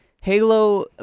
Halo